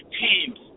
teams